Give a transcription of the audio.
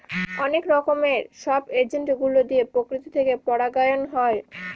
অনেক রকমের সব এজেন্ট গুলো দিয়ে প্রকৃতি থেকে পরাগায়ন হয়